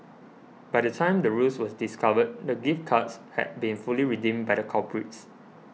by the time the ruse was discovered the gift cards had been fully redeemed by the culprits